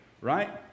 right